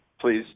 please